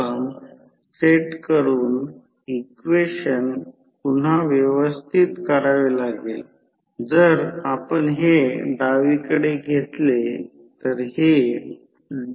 तर आता हि फेझर आकृती आहे हे V1 आहे आणि हे E2 400V आहे येथे E1 देखील आहे आणि हा अँगल 70